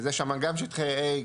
זה שם גם שטחי A,